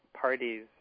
parties